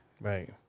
Right